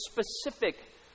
specific